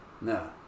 No